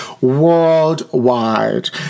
worldwide